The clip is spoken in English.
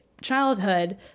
childhood